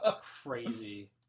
crazy